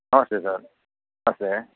ನಮಸ್ತೆ ಸರ್ ನಮಸ್ತೇ